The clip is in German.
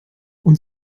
und